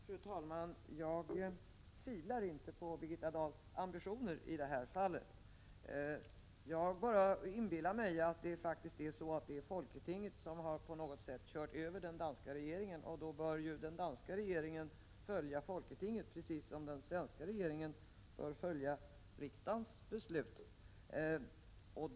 Fru talman! Jag tvivlar inte på Birgitta Dahls ambitioner i det här fallet. Jag inbillar mig faktiskt bara att folketinget på något sätt har kört över den danska regeringen. I så fall bör ju den danska regeringen följa folketinget, precis som den svenska regeringen bör följa riksdagens beslut.